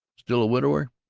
still a widower?